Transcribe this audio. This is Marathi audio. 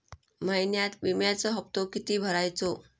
महिन्यात विम्याचो हप्तो किती भरायचो?